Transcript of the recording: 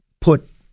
put